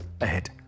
ahead